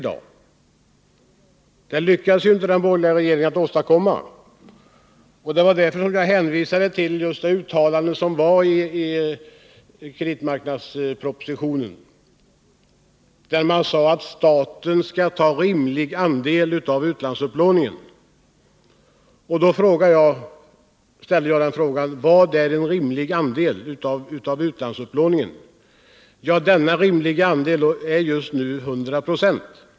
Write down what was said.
Det lyckades ju inte den borgerliga regeringen åstadkomma, och det var därför som jag hänvisade till uttalandet i kreditmarknadspropositionen att staten skall ta rimlig andel av utlandsupplåningen. Då ställde jag frågan: Vad är en rimlig andel av utlandsupplåningen? Ja, denna rimliga andel är just nu 100 96.